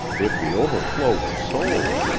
if the overflow were sold.